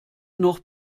noch